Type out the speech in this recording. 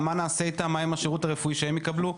מה נעשה איתם, מה השירות שהם יקבלו?